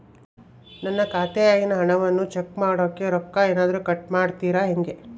ನನ್ನ ಖಾತೆಯಾಗಿನ ಹಣವನ್ನು ಚೆಕ್ ಮಾಡೋಕೆ ರೊಕ್ಕ ಏನಾದರೂ ಕಟ್ ಮಾಡುತ್ತೇರಾ ಹೆಂಗೆ?